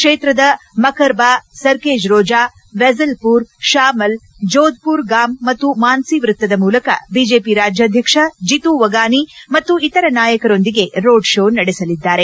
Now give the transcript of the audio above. ಕ್ಷೇತ್ರದ ಮಕರ್ಬಾ ಸರ್ಕೇಜ್ ರೋಜಾ ವೆಜಲ್ಮರ್ ಶ್ವಾಮಲ್ ಜೋಧ್ಮರ್ಗಾಮ್ ಮತ್ತು ಮಾನ್ಸಿ ವೃತ್ತದ ಮೂಲಕ ಬಿಜೆಪಿ ರಾಜ್ಕಾಧ್ವಕ್ಷ ಜಿತು ವಗಾನಿ ಮತ್ತು ಇತರ ನಾಯಕರೊಂದಿಗೆ ರೋಡ್ ಷೋ ನಡೆಸಲಿದ್ದಾರೆ